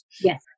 yes